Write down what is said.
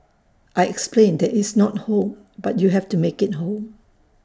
I explained that it's not home but you have to make IT home